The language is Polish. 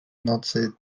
nocy